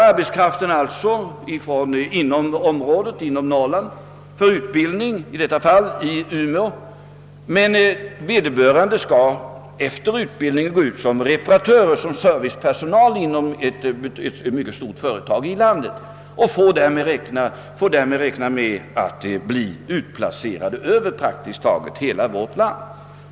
Arbetskraften skall tas från Norrland men skall efter utbildningen gå ut som servicepersonal, nämligen som reparatörer, inom ett mycket stort företag och får därmed räkna med att bli utplacerad över praktiskt taget hela vårt land.